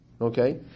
Okay